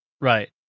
Right